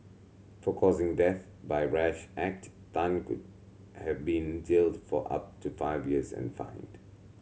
for causing death by a rash act Tan could have been jailed for up to five years and fined